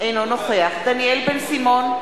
אינו נוכח דניאל בן-סימון,